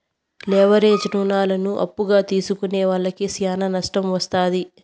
leverage రుణాలను అప్పుగా తీసుకునే వాళ్లకి శ్యానా నట్టం వత్తాది